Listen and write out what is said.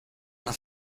una